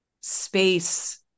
space